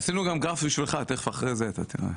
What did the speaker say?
עשינו גם גרף בשבילך, תכף אתה תראה.